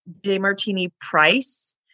Demartini-Price